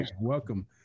welcome